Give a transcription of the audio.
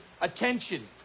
Attention